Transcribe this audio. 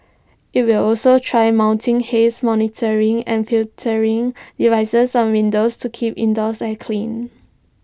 IT will also try mounting haze monitoring and filtering devices on windows to keep indoor air clean